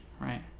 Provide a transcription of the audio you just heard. right